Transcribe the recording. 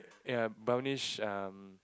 ya brownish um